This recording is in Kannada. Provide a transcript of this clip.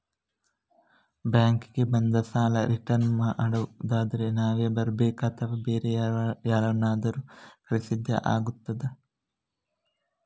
ಬ್ಯಾಂಕ್ ಗೆ ಬಂದು ಸಾಲ ರಿಟರ್ನ್ ಮಾಡುದಾದ್ರೆ ನಾವೇ ಬರ್ಬೇಕಾ ಅಥವಾ ಬೇರೆ ಯಾರನ್ನಾದ್ರೂ ಕಳಿಸಿದ್ರೆ ಆಗ್ತದಾ?